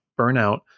burnout